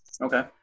Okay